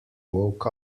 woke